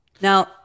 Now